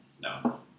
No